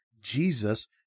Jesus